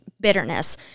bitterness